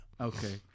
Okay